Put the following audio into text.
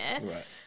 Right